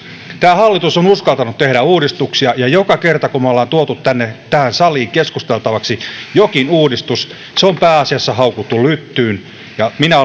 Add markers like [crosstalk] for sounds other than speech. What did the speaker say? tämä hallitus on uskaltanut tehdä uudistuksia ja joka kerta kun me olemme tuoneet tähän saliin keskusteltavaksi jonkin uudistuksen se on pääasiassa haukuttu lyttyyn ja minä [unintelligible]